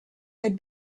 had